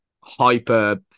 hyper